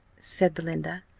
said belinda,